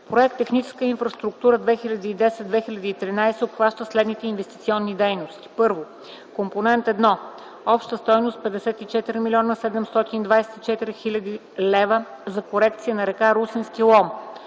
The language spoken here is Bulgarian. Проект „Техническа инфраструктура 2010-2013” обхваща следните инвестиционни дейности: 1. Компонент 1 – обща стойност 54 млн. 724 хил. лв. за корекция на р. Русенски Лом.